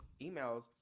emails